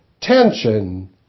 tension